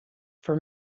for